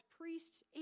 priests